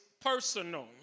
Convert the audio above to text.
personal